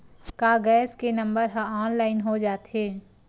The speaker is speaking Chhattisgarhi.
का गैस के नंबर ह ऑनलाइन हो जाथे?